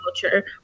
culture